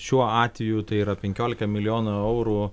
šiuo atveju tai yra penkiolika milijonų eurų